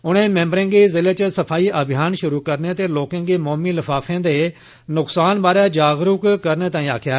उनें मेंबरें गी जिले च सफाई अभियान षुरू करने ते लोकें गी मोमी लफाफें दे नुक्सान बारै जागरूक करने तांई आक्खेआ